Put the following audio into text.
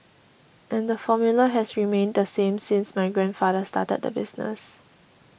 and the formula has remained the same since my grandfather started the business